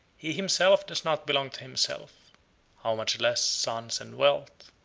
he himself does not belong to himself how much less sons and wealth?